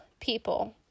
people